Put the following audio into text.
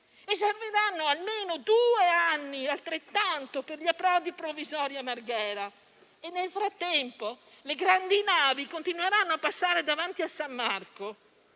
Serviranno almeno altri due anni ancora per gli approdi provvisori a Marghera e, nel frattempo, le grandi navi continueranno a passare davanti a San Marco,